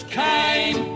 came